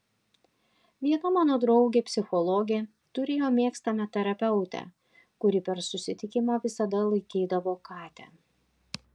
viena mano draugė psichologė turėjo mėgstamą terapeutę kuri per susitikimą visada laikydavo katę